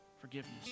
Forgiveness